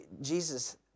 Jesus